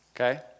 Okay